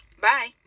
Bye